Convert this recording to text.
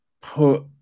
put